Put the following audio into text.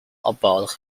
about